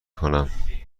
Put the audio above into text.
کنم